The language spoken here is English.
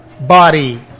body